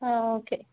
okay